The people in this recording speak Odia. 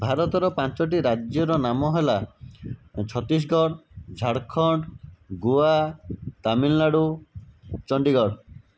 ଭାରତର ପାଞ୍ଚଟି ରାଜ୍ୟର ନାମ ହେଲା ଛତିଶଗଡ଼ ଝାଡ଼ଖଣ୍ଡ ଗୋଆ ତାମିଲନାଡ଼ୁ ଚଣ୍ଡିଗଡ଼